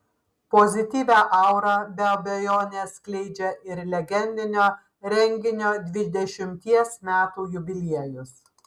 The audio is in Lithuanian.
pozityvią aurą be abejonės skleidžia ir legendinio renginio dvidešimties metų jubiliejus